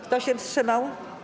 Kto się wstrzymał?